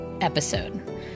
episode